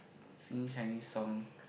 sing Chinese song